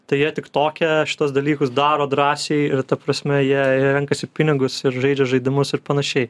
tai jie tik toke šituos dalykus daro drąsiai ir ta prasme jie renkasi pinigus ir žaidžia žaidimus ir panašiai